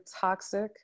toxic